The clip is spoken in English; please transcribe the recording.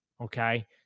Okay